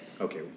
Okay